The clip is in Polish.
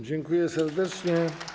Dziękuję serdecznie.